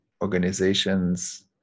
organizations